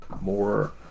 more